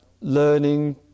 learning